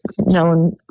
known